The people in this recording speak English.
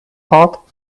pot